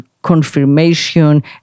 confirmation